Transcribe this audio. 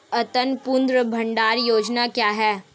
अन्नपूर्णा भंडार योजना क्या है?